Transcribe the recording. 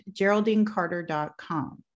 geraldinecarter.com